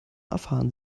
erfahren